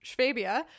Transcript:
Schwabia